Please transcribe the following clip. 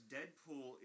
Deadpool